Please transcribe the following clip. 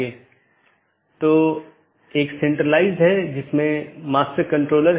यहाँ N1 R1 AS1 N2 R2 AS2 एक मार्ग है इत्यादि